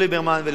ולכולם,